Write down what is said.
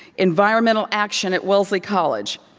environmental action at wellesley college,